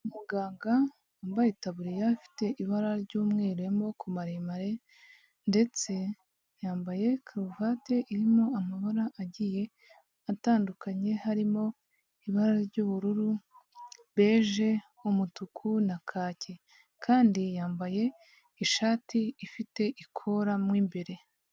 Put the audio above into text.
Umuganga wambaye itaburiya ifite ibara ry'umweru y'amaboko maremare ndetse yambaye karuvati irimo amabara agiye atandukanye, harimo ibara ry'ubururu, beje, umutuku na kaki kandi yambaye ishati ifite ikora mo ibere.